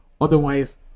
Otherwise